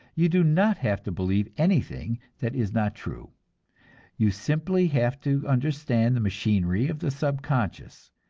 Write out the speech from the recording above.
you do not have to believe anything that is not true you simply have to understand the machinery of the subconscious,